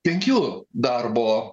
penkių darbo